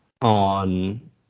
on